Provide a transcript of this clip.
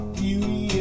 beauty